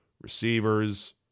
receivers